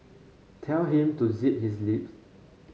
tell him to zip his lip